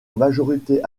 majorité